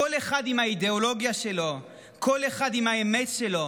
כל אחד עם האידיאולוגיה שלו, כל אחד עם האמת שלו,